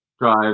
drive